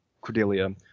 Cordelia